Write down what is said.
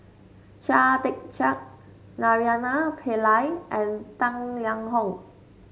Chia Tee Chiak Naraina Pillai and Tang Liang Hong